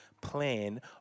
plan